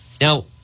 Now